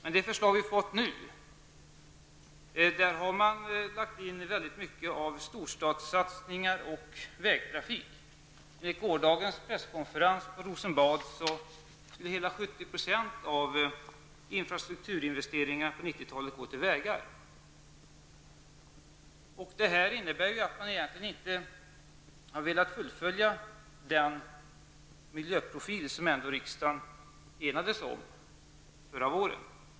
I det förslag vi nu fått har regeringen lagt in väldigt mycket av storstadssatsningar och vägtrafik. Vid gårdagens presskonferens på Rosenbad angav regeringen att hela 70 % av infrastrukturinvesteringarna på 1990 talet skall gå till vägar. Detta innebär att regeringen inte har velat fullfölja den miljöprofil som riksdagen enade sig om förra våren.